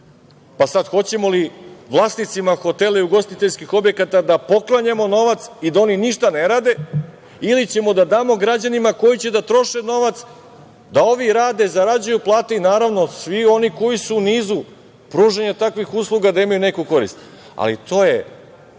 sada, hoćemo li vlasnicima hotela i ugostiteljskih objekata da poklanjamo novac i da oni ništa ne rade ili ćemo da damo građanima koji će da troše novac, da ovi rade, zarađuju plate i naravno svi oni koji su u nizu pružanja takvih usluga da imaju neku korist, ali to je